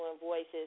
voices